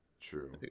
True